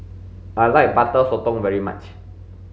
I like butter sotong very much